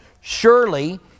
Surely